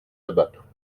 abattre